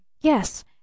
Yes